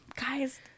guys